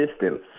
distance